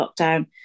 lockdown